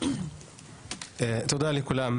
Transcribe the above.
תודה לכולם.